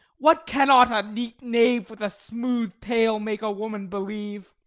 what cannot a neat knave with a smooth tale make a woman believe?